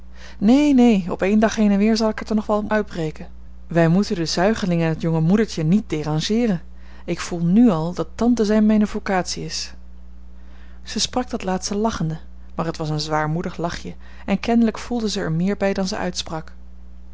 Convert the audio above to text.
neen neen op één dag heen en weer zal ik het er nog wel uitbreken wij moeten den zuigeling en het jonge moedertje niet dérangeeren ik voel nù al dat tante zijn mijne vocatie is zij sprak dat laatste lachende maar het was een zwaarmoedig lachje en kennelijk voelde zij er meer bij dan zij